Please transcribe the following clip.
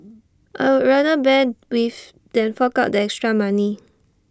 I would rather bear with than fork out the extra money